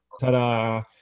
ta-da